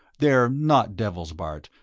they're not devils, bart,